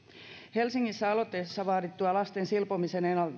helsingissä aloitteessa vaadittua lasten silpomisen